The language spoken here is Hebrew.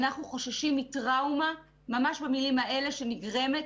אנחנו חוששים מטראומה ממש במילים האלה שנגרמת